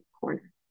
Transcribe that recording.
corner